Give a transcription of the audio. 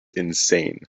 insane